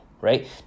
right